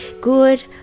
good